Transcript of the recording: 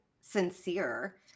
sincere